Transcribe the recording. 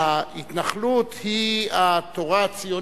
ההתנחלות היא התורה הציונית.